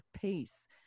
pace